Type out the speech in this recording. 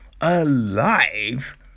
alive